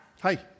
Hi